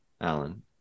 Alan